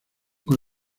con